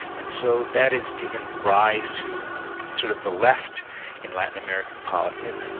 and so that has given rise to sort of the left in latin american politics,